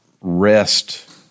rest